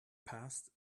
passed